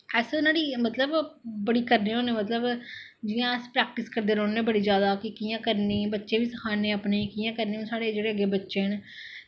अस न्हाड़ी मतलब बड़ी करने होन्ने जि'यां अस प्रैक्टिस करदे रौंह्ने बड़ी जैदा कि कि'यां करनी बच्चें गी बी सखाने अपने गी कि'यां करनी साढ़े जेह्ड़े अग्गै बच्चे न